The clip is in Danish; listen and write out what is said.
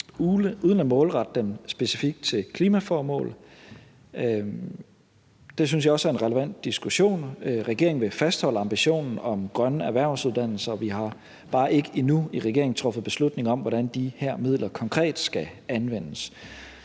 uden at målrette dem specifikt til klimaformål. Det synes jeg også er en relevant diskussion. Regeringen vil fastholde ambitionen om grønne erhvervsuddannelser. Vi har bare ikke endnu i regeringen truffet beslutning om, hvordan de her midler konkret skal anvendes.